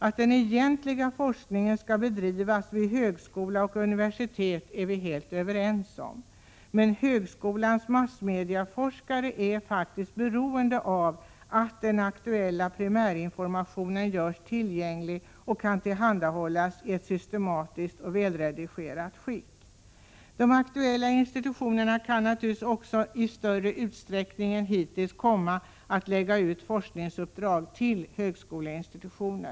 Att den egentliga forskningen skall bedrivas vid högskola och universitet är vi överens om, men högskolans massmedieforskare är beroende av att den aktuella primärinformationen görs tillgänglig och kan tillhandahållas i ett systematiskt och välredigerat skick. De aktuella institutionerna kan natur ligtvis också i större utsträckning än hittills komma att lägga ut forsknings — Prot. 1986/87:131 uppdrag till högskoleinstitutioner.